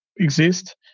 exist